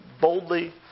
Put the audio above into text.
boldly